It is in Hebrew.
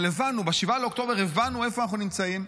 אבל הבנו, ב-7 באוקטובר הבנו איפה אנחנו נמצאים.